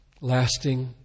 lasting